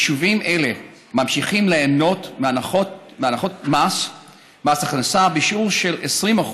יישובים אלה ממשיכים ליהנות מהנחות במס הכנסה בשיעור של 20%,